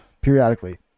periodically